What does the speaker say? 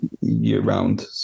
year-round